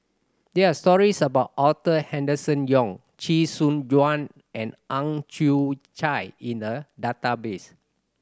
there are stories about Arthur Henderson Young Chee Soon Juan and Ang Chwee Chai in the database